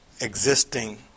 existing